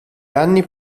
anni